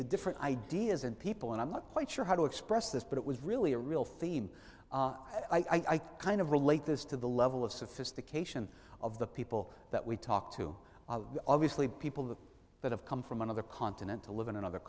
to different ideas and people and i'm not quite sure how to express this but it was really a real theme i kind of relate this to the level of sophistication of the people that we talk to obviously people that have come from another continent to live in another